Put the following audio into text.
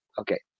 Okay